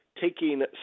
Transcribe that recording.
taking